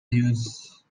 use